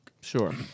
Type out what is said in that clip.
Sure